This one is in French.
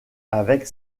avec